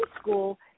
school